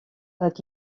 dat